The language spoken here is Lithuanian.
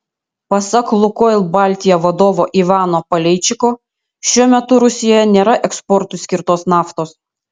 pasak lukoil baltija vadovo ivano paleičiko šiuo metu rusijoje nėra eksportui skirtos naftos